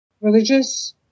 religious